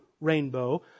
rainbow